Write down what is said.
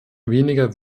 weniger